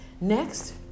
Next